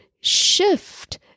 shift